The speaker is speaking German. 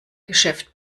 geschäft